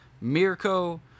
Mirko